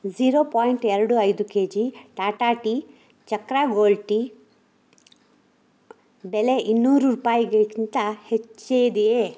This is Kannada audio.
ಜೀರೋ ಪಾಯಿಂಟ್ ಎರಡು ಐದು KG Tata tea Chakra gold tea ಬೆಲೆ ಇನ್ನೂರು ರೂಪಾಯಿಗಿಂತ ಹೆಚ್ಚಿದೆಯೇ